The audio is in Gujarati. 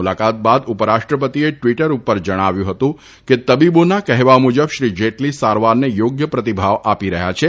મુલાકાત બાદ ઉપરાષ્ટ્રપતિએ ટ્વીટર ઉપર જણાવ્યું હતું કે તબીબોના કહેવા મુજબ શ્રી જેટલી સારવારને યોગ્ય પ્રતિભાવ આપી રહ્યા છે